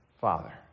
Father